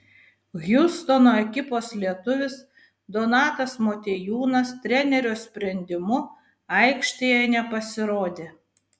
hjustono ekipos lietuvis donatas motiejūnas trenerio sprendimu aikštėje nepasirodė